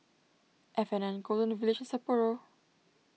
F and N Golden and Village Sapporo